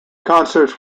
concerts